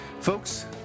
Folks